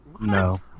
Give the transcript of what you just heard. No